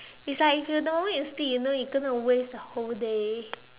it's like if you don't need to sleep you know you gonna waste the whole day